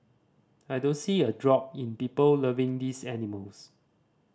I don't see a drop in people loving these animals